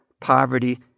poverty